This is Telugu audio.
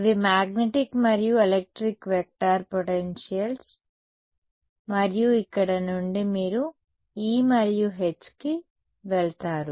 ఇవి మాగ్నెటిక్ మరియు ఎలెక్ట్రిక్ వెక్టార్ పొటెన్షియల్స్ మరియు ఇక్కడ నుండి మీరు E మరియు H కి వెళతారు